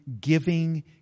giving